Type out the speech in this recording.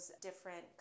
different